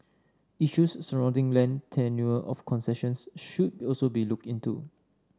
issues surrounding land tenure of concessions should also be looked into